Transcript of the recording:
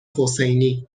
حسینی